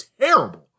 terrible